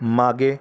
मागे